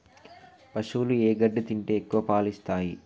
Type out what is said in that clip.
పశువులు ఏ గడ్డి తింటే ఎక్కువ పాలు ఇస్తాయి?